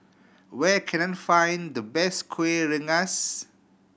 where can I find the best Kueh Rengas